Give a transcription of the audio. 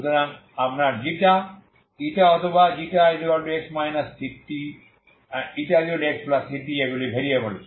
কারণ আপনার ξ অথবা ξ x ct ηxct এগুলি ভেরিয়েবল